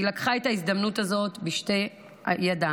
והיא לקחה את ההזדמנות הזאת בשתי ידיים.